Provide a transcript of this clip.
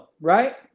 right